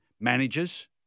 managers